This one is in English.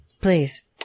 Please